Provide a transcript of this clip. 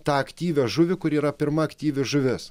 tą aktyvią žuvį kuri yra pirma aktyvi žuvis